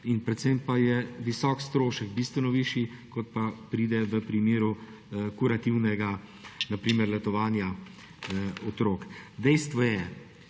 predvsem pa je visok strošek, bistveno višji, kot pride v primeru kurativnega letovanja otrok. Dejstvo je,